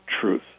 truth